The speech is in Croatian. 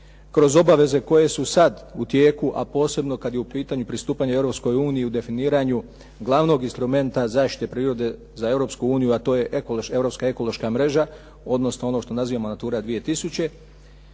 kroz obaveze koje su sad u tijeku, a posebno kad je u pitanju pristupanje Europskoj uniji u definiranju glavnog instrumenta zaštite prirode za Europsku uniju, a to je europska ekološka mreža, odnosno ono što nazivamo natura 2000.,